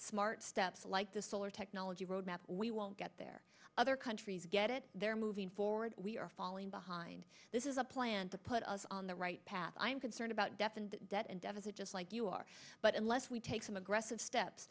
smart steps like the solar technology roadmap we won't get there other countries get it they're moving forward we are falling behind this is a plan to put us on the right path i'm concerned about deafened debt and deficit just like you are but unless we take some aggressive steps